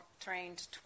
trained